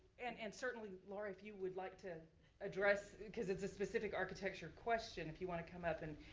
and and certainly laura if you would like to address, cause it's a specific architecture question. if you wanna come up and.